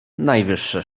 najwyższe